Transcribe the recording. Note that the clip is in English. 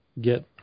get